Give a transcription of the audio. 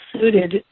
suited